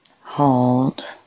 hold